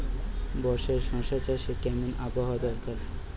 বর্ষার শশা চাষে কেমন আবহাওয়া দরকার?